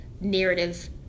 narrative